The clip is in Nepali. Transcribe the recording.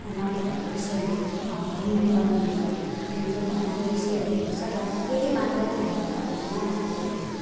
नर्तकहरूको विषयमा भन्नु पर्ने यो जुन चाहिँ भनाइ विषय रहेको छ र यति मात्रै तपाईँहरूसँग राखिरहेको छु